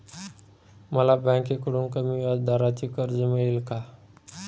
मला बँकेकडून कमी व्याजदराचे कर्ज मिळेल का?